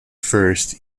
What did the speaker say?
first